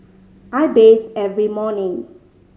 I bathe every morning